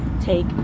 take